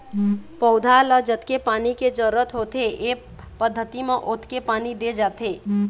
पउधा ल जतके पानी के जरूरत होथे ए पद्यति म ओतके पानी दे जाथे